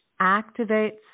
activates